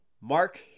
Mark